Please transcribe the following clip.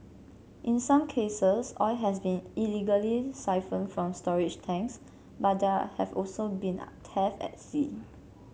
in some cases oil has been illegally siphoned from storage tanks but there have also been thefts at sea